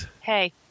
hey